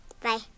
Bye